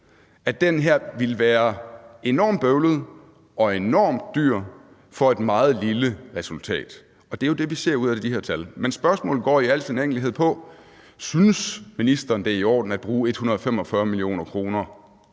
at det ville være enormt bøvlet og enormt dyrt for et meget lille resultat, og det er jo det, vi kan se ud af de her tal. Men spørgsmålet går i al sin enkelhed ud på, om ministeren synes, det er i orden at bruge 145 mio. kr.